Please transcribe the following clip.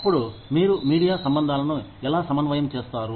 అప్పుడు మీరు మీడియా సంబంధాలను ఎలా సమన్వయం చేస్తారు